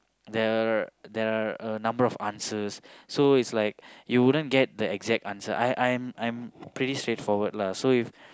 there are there are a number of answers so it's like you wouldn't get the exact answer I I am I am pretty straightforward lah so if